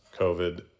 COVID